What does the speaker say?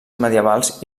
medievals